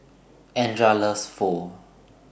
Andria loves Pho